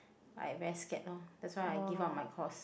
I very scared that's why I give up my course